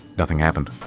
nothing happened.